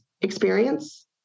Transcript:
experience